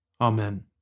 Amen